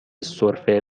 سرفه